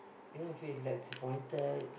you know I feel like disappointed